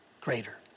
greater